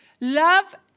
Love